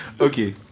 Okay